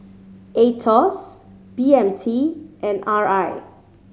Aetos B M T and R I